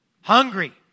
Hungry